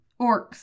Orcs